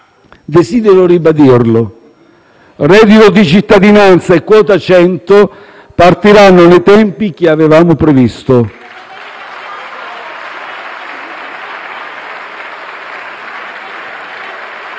Desidero ribadirlo: reddito di cittadinanza e quota 100 partiranno nei tempi che avevamo previsto.